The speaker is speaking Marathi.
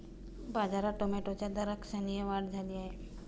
बाजारात टोमॅटोच्या दरात लक्षणीय वाढ झाली आहे